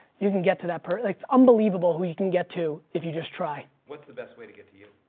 you can get to that per. like it's unbelievable who you can get to, if you just try. what's the best way to get to you?